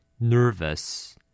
nervous